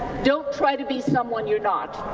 don't try to be someone you are not.